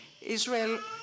Israel